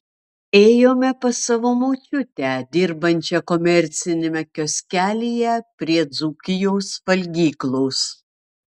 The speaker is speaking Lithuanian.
ėjome pas savo močiutę dirbančią komerciniame kioskelyje prie dzūkijos valgyklos